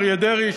אריה דרעי,